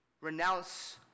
renounce